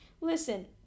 listen